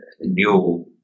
new